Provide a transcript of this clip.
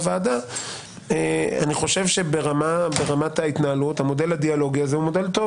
אני חושב שברמת ההתנהלות מודל הדיאלוג הוא מודל טוב.